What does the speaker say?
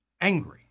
Angry